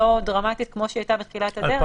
לא דרמטית כמו שהיא הייתה בתחילת הדרך.